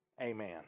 Amen